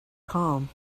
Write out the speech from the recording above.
calm